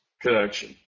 connection